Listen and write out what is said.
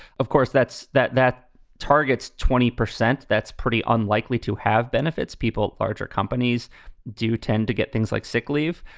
of course, that's that that targets twenty percent. that's pretty unlikely to have benefits people. larger companies do tend to get things like sick leave,